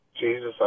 Jesus